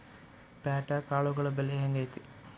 ಪ್ಯಾಟ್ಯಾಗ್ ಕಾಳುಗಳ ಬೆಲೆ ಹೆಂಗ್ ಐತಿ?